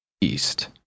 east